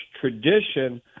tradition